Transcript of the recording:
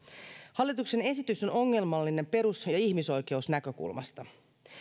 hallituksen esitys on ongelmallinen perus ja ja ihmisoikeusnäkökulmasta